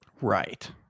Right